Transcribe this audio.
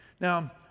Now